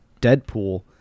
Deadpool